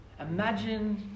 Imagine